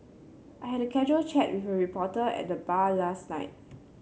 I had a casual chat with a reporter at the bar last night